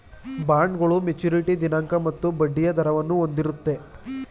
ಬಾಂಡ್ಗಳು ಮೆಚುರಿಟಿ ದಿನಾಂಕ ಮತ್ತು ಬಡ್ಡಿಯ ದರವನ್ನು ಹೊಂದಿರುತ್ತೆ